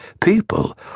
People